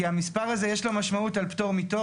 כי למספר הזה יש משמעות על פטור מתור,